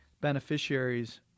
beneficiaries